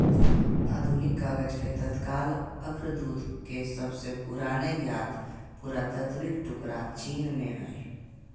आधुनिक कागज के तत्काल अग्रदूत के सबसे पुराने ज्ञात पुरातात्विक टुकड़ा चीन में हइ